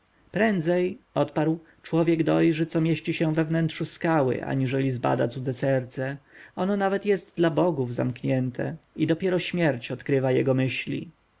prędzej odparł człowiek dojrzy co mieści się we wnętrzu skały aniżeli zbada cudze serce ono nawet jest dla bogów zamknięte i dopiero śmierć odkrywa jego myśli